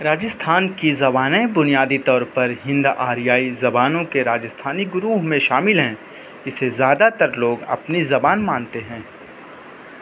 راجستھان کی زبانیں بنیادی طور پر ہند آریائی زبانوں کے راجستھانی گروہ میں شامل ہیں جسے زیادہ تر لوگ اپنی زبان مانتے ہیں